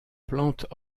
plante